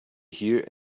here